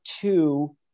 two